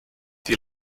die